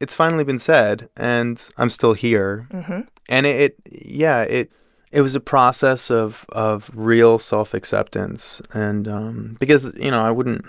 it's finally been said, and i'm still here and it yeah, it it was a process of of real self-acceptance and um because, you know, i wouldn't